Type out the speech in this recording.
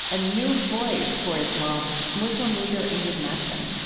a new voice for islam, muslim leader ingrid mattson